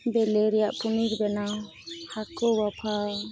ᱵᱤᱞᱤ ᱨᱮᱱᱟᱜ ᱯᱚᱱᱤᱨ ᱵᱮᱱᱟᱣ ᱦᱟᱹᱠᱩ ᱵᱟᱯᱷᱟᱣ